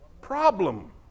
problem